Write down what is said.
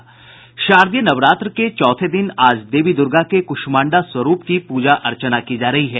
शारदीय नवरात्र के चौथे दिन आज देवी दुर्गा के कुष्माण्डा स्वरूप की पूजा अर्चना की जा रही है